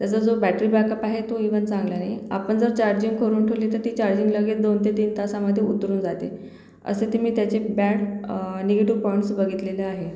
त्याचा जो battery backup आहे तो इव्हन चांगला नाही आपण जर चार्जिंग करून ठेवली तर ती चार्जिंग लगेच दोन ते तीन तासामध्ये उतरून जाते असं ते मी त्याचे बॅड निगेटिव पॉईंट्स बघितलेलं आहे